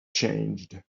changed